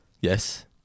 Yes